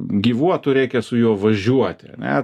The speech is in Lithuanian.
gyvuotų reikia su juo važiuoti ane